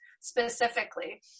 specifically